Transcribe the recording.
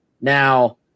Now